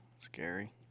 scary